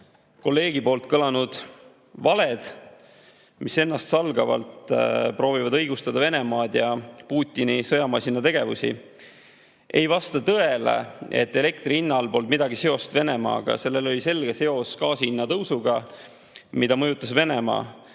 EKRE-kolleegi suust kõlanud valed, mis ennastsalgavalt proovivad õigustada Venemaad ja Putini sõjamasina tegevust. Ei vasta tõele, et elektri hinna [tõusul] polnud mingit seost Venemaaga. Sellel oli selge seos gaasi hinna tõusuga, mida mõjutas Venemaa.